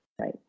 right